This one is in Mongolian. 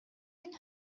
энэ